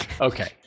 Okay